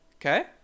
okay